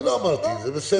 לא אמרתי, זה בסדר,